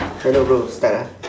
hello bro start ah